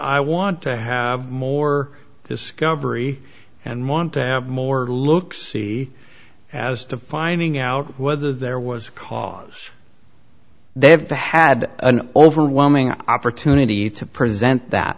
i want to have more discovery and want to have more look see as to finding out whether there was cause they have had an overwhelming opportunity to present that